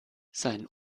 sein